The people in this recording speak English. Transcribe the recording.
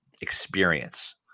experience